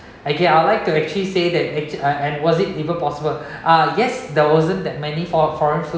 okay I would like to actually say that it's uh and was it even possible uh yes there wasn't that many for~ foreign films